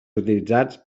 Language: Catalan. utilitzats